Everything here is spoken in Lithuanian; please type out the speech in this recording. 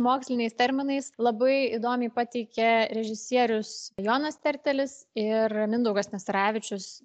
moksliniais terminais labai įdomiai pateikia režisierius jonas tertelis ir mindaugas nastaravičius